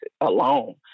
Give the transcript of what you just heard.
alone